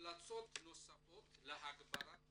המלצות נוספות להגברת